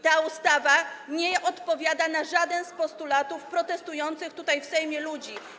Ta ustawa nie odpowiada na żaden z postulatów protestujących tutaj, w Sejmie ludzi.